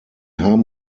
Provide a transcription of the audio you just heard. haben